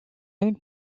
une